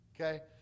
Okay